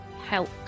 help